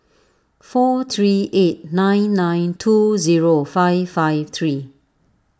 four three eight nine nine two zero five five three